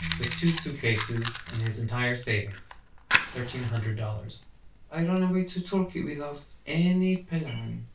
with two suitcases and his entire savings thirteen-hundred dollars i run away to turkey without any plan.